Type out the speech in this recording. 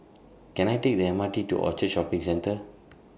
Can I Take The M R T to Orchard Shopping Centre